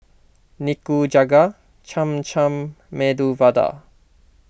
Nikujaga Cham Cham Medu Vada